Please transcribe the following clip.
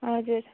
हजुर